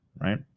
right